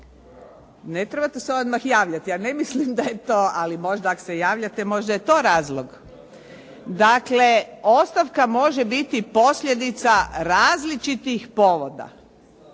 Ne trebate se odmah javljati, ja ne mislim da je to, ali možda ako se javljate, možda je to razlog. Dakle, ostavka može biti posljedica različitih povoda.